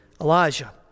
Elijah